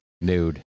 Nude